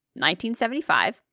1975